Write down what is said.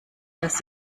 dass